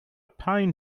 pain